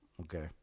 okay